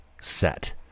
set